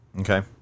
Okay